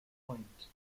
point